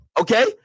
Okay